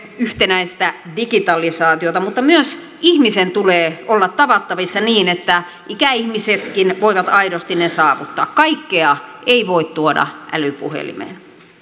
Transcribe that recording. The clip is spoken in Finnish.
yhtenäistä digitalisaatiota mutta myös ihmisen tulee olla tavattavissa niin että ikäihmisetkin voivat aidosti ne saavuttaa kaikkea ei voi tuoda älypuhelimeen